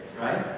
right